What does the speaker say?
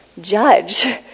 judge